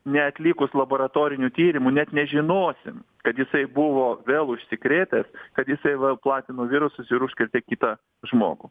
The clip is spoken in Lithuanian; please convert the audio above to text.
neatlikus laboratorinių tyrimų net nežinosim kad jisai buvo vėl užsikrėtęs kad jisai va platino virusus ir užkrėtė kitą žmogų